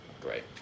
Great